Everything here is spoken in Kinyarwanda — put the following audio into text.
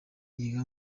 yiga